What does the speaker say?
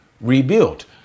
rebuilt